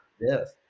Yes